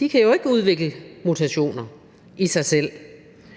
jo ikke i sig selv kan udvikle mutationer. Så lad